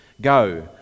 Go